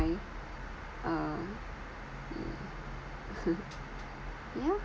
try uh yeah